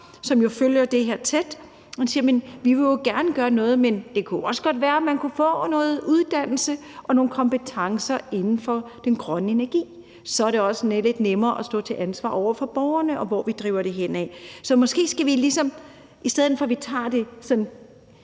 som jo følger det her tæt. Han sagde: Vi vil jo gerne gøre noget, men det kunne også godt være, man kunne få noget uddannelse og nogle kompetencer inden for den grønne energi; så ville det også være lidt nemmere at stå til ansvar over for borgerne, i forhold til hvor vi driver det henad. I stedet for at vi laver lovgivning